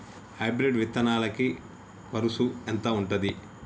Hybrid విత్తనాలకి కరుసు ఎంత ఉంటది?